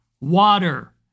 water